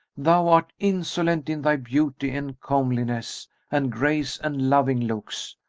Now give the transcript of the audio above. thou art insolent in thy beauty and comeliness and grace and loving looks!